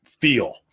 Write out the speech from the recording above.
feel